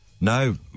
No